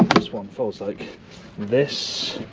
this one folds like this